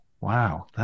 wow